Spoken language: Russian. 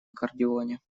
аккордеоне